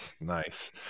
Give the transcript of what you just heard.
nice